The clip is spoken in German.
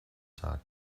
tag